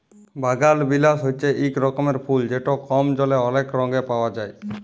বাগালবিলাস হছে ইক রকমের ফুল যেট কম জলে অলেক রঙে পাউয়া যায়